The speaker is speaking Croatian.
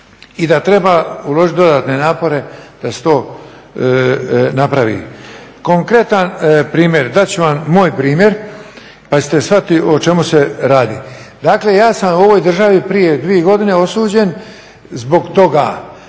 i da treba uložiti dodatne napore da se to napravi. Konkretan primjer, dat ću vam moj primjer, pa ćete shvatiti o čemu se radi. Dakle, ja sam u ovoj državi prije dvije godine osuđen zbog toga